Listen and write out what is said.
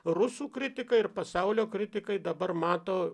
rusų kritikai ir pasaulio kritikai dabar mato